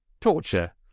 torture